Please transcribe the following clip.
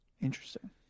Interesting